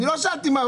אני שאלתי.